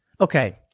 Okay